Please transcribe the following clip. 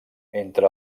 entre